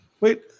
Wait